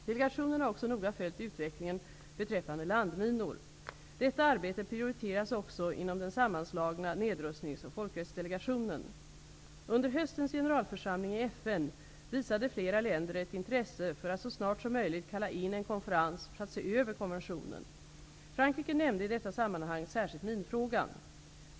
Delegationen har också noga följt utvecklingen beträffande landminor. Detta arbete prioriteras också inom den sammanslagna nedrustnings och folkrättsdelegationen. Under höstens generalförsamling i FN visade flera länder ett intresse för att så snart som möjligt kalla in en konferens för att se över konventionen. Frankrike nämnde i detta sammanhang särskilt minfrågan.